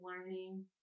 learning